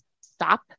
stop